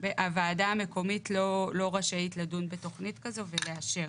הוועדה המקומית לא רשאית לדון בתוכנית כזו ולאשר.